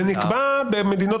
זה נקבע במדינות